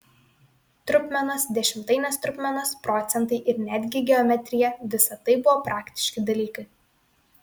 trupmenos dešimtainės trupmenos procentai ir netgi geometrija visa tai buvo praktiški dalykai